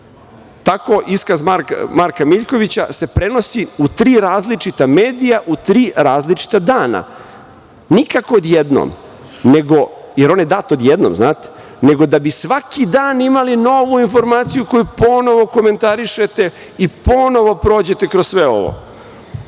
iskaz Marka Miljkovića se prenosi u tri različita medija, u tri različita dana. Nikako odjednom, jer on je dat odjednom, znate, nego da bi svaki dan imali novu informaciju koju ponovo komentarišete i ponovo prođete kroz sve ovo.